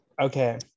Okay